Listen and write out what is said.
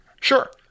Sure